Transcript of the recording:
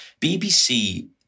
BBC